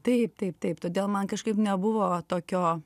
taip taip taip todėl man kažkaip nebuvo tokio